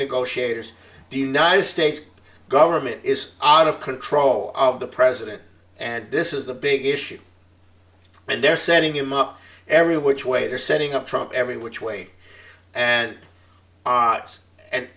negotiators the united states government is out of control of the president and this is the big issue and they're setting him up every which way they're setting up trump every which way and